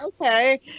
okay